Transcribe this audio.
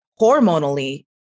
hormonally